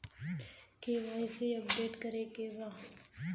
KYC update करे के बा?